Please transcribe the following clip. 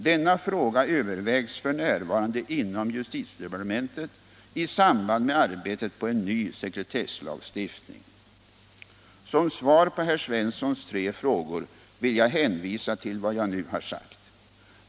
Denna fråga övervägs f. n. inom justitiedepartementet i samband med arbetet på en ny sekretesslagstiftning. Som svar på herr Svenssons tre frågor vill jag hänvisa till vad jag nu har sagt.